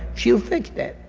she'll fix that.